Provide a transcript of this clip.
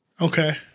Okay